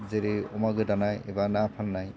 जेरै अमा गोदानाय एबा ना फान्नाय